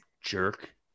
jerk